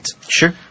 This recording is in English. Sure